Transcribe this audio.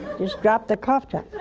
just dropped a cough drop.